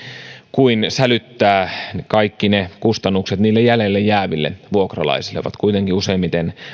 kuin sälyttää kaikki ne kustannukset niille jäljelle jääville vuokralaisille he ovat kuitenkin useimmiten